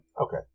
Okay